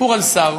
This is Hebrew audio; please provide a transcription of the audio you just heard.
סיפור על שר